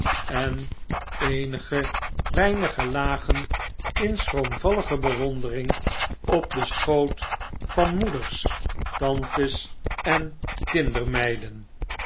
en eenige weinigen lagen in schroomvallige bewondering op den schoot van moeders tantes en kindermeiden maakten